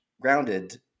grounded